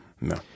no